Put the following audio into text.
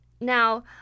Now